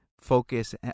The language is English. focus